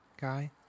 guy